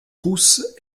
rousse